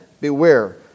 beware